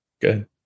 Good